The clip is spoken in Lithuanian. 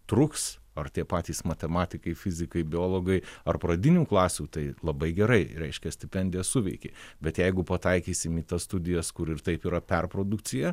truks ar tie patys matematikai fizikai biologai ar pradinių klasių tai labai gerai reiškia stipendija suveikė bet jeigu pataikysim į tas studijas kur ir taip yra perprodukcija